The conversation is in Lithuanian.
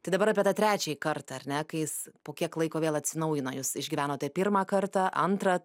tai dabar apie tą trečiąjį kartą ar ne kai jis po kiek laiko vėl atsinaujino jūs išgyvenote pirmą kartą antrą